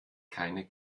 keine